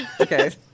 Okay